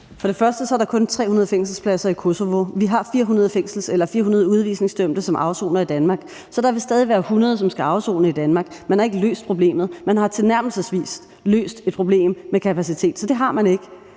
og fremmest er der kun 300 fængselspladser i Kosovo. Vi har 400 udvisningsdømte, som afsoner i Danmark, så der vil stadig være 100, som skal afsone i Danmark. Man har ikke løst problemet; man har tilnærmelsesvis løst et problem med kapacitet. Så det har man ikke.